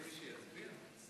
יש מי שיצביע?